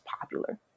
popular